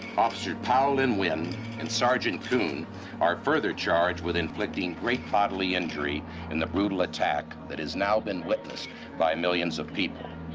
officer powell and wind and sergeant koon are further charged with inflicting great bodily injury in the brutal attack that has now been witnessed by millions of people.